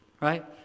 right